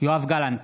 יואב גלנט,